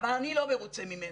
אבל אני לא מרוצה ממנה.